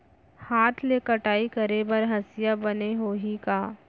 हाथ ले कटाई करे बर हसिया बने होही का?